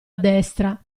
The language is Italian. destra